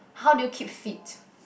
how do you keep fit